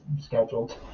scheduled